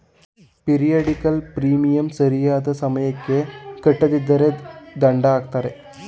periodical premium ಸರಿಯಾದ ಸಮಯಕ್ಕೆ ಕಟ್ಟದಿದ್ದರೆ ದಂಡ ಹಾಕ್ತರೆ